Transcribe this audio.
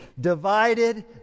Divided